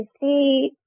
see